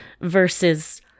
versus